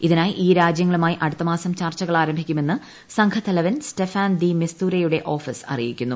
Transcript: ഇതിനായി ഈ രാജ്യങ്ങളുമായി അടുത്ത മാസം ചർച്ചകൾ ആരംഭിക്കുമെന്ന് സംഘത്തലവൻ സ്റ്റെഫാൻ ദി മിസ്തൂരയുടെ ഓഫിസ് അറിയിക്കുന്നു